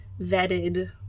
vetted